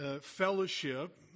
fellowship